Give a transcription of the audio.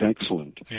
excellent